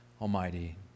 Almighty